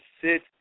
Sit